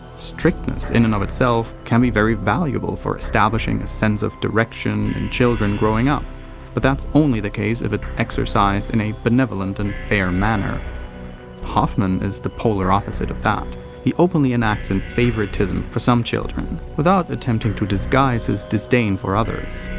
strictness in and of itself can be very valuable for establishing a sense of direction in children growing up but that's only the case if it's exercised in a benevolent and fair manner. but hoffman is the polar opposite of that he openly enacts in favoritism for some children, without attempting to disguise his disdain for others.